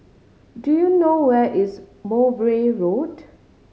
do you know where is Mowbray Road